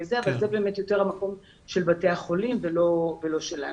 אבל זה באמת יותר המקום של בתי החולים ולא שלנו.